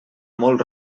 molt